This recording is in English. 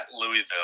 Louisville